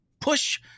push